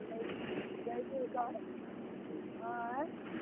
जइ जइ दिन कहू आँय